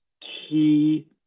key